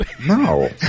No